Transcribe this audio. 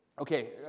Okay